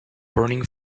burning